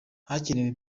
hakenewe